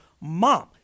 mom